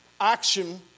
Action